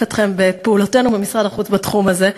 אתכם בפעולותינו במשרד החוץ בתחום הזה,